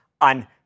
on